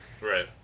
Right